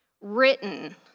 written